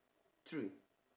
three